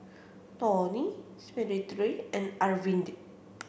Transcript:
Dhoni Smriti and Arvind